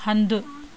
हंधु